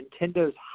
Nintendo's